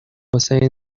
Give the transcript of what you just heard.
حسین